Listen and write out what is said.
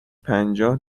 پنجاه